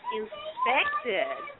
inspected